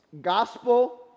Gospel